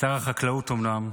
שר החקלאות אומנם,